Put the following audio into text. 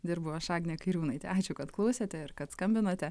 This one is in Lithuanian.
dirbu aš agnė kairiūnaitė ačiū kad klausėte ir kad skambinote